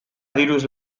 diruz